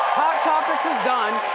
topics is done.